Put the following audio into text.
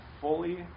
fully